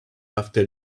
after